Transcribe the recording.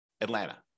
Atlanta